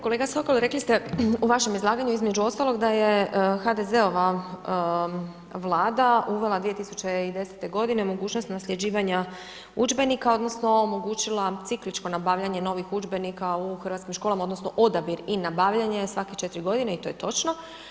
Kolega Sokol, rekli ste u vašem izlaganju, između ostaloga, da je HDZ-ova Vlada uvela 2010.-te godine mogućnost nasljeđivanja udžbenika odnosno omogućila cikličko nabavljanje novih udžbenika u hrvatskim školama odnosno odabir i nabavljanje svake 4 godine i to je točno.